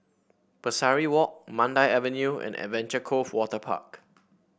Pesari Walk Mandai Avenue and Adventure Cove Waterpark